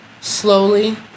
Slowly